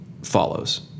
follows